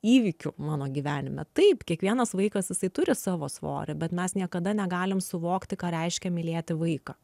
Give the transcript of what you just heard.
įvykiu mano gyvenime taip kiekvienas vaikas jisai turi savo svorį bet mes niekada negalim suvokti ką reiškia mylėti vaiką